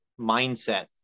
mindset